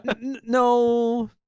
No